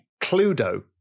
Cluedo